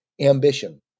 ambition